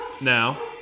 now